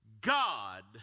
God